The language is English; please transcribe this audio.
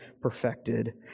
perfected